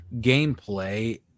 gameplay